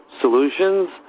solutions